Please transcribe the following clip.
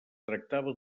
tractava